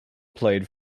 played